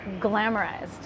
glamorized